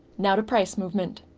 now to price movement.